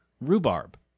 rhubarb